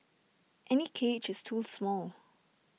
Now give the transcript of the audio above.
any cage is too small